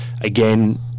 again